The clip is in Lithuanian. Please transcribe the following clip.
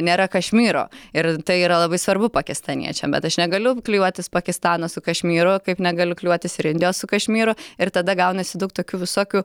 nėra kašmyro ir tai yra labai svarbu pakistaniečiam bet aš negaliu klijuotis pakistano su kašmyru kaip negaliu klijuotis ir indijos su kašmyru ir tada gaunasi daug tokių visokių